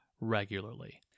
regularly